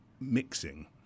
mixing